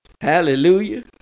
Hallelujah